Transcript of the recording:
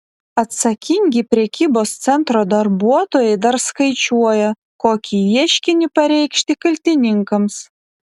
atsakingi prekybos centro darbuotojai dar skaičiuoja kokį ieškinį pareikšti kaltininkams